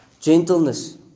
gentleness